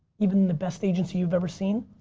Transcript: even in the best agency you've ever seen?